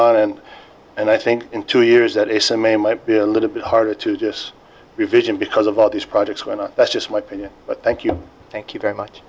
on in and i think in two years there is some a might be a little bit harder to just revision because of all these projects going on that's just my opinion but thank you thank you very much